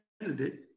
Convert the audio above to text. candidate